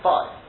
Five